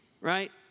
right